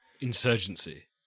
insurgency